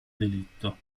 delitto